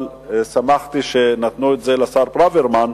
אבל שמחתי שנתנו את זה לשר ברוורמן,